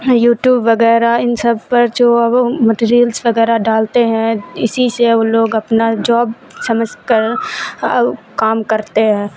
YouTube وغیرہ ان سب پر جو اب مٹیریلس وغیرہ ڈالتے ہیں اسی سے وہ لوگ اپنا جاب سمجھ کر کام کرتے ہیں